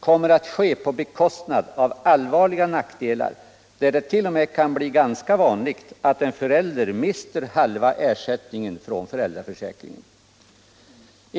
kommer att ges på bekostnad av allvarliga nackdelar; det kan t.o.m. bli ganska vanligt att en förälder mister halva ersättningen från föräldraförsäkringen.